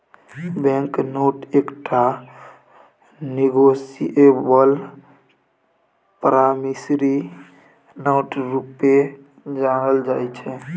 bank note एकटा negotiable promissory note रुपे जानल जाइ छै